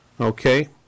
okay